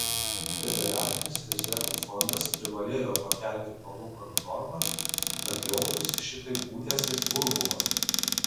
federalinis rezervų fondas privalėjo pakelti palūkanų normą kad liautųsi šitaip pūtęsis burbulas